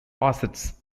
assets